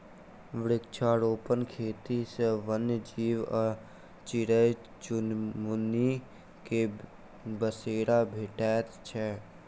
वृक्षारोपण खेती सॅ वन्य जीव आ चिड़ै चुनमुनी के बसेरा भेटैत छै